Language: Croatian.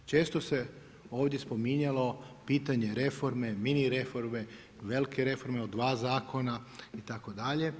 Često se ovdje spominjalo pitanje reforme, mini refomre, velike reforme, od 2 zakona itd.